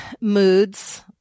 moods